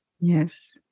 Yes